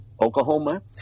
Oklahoma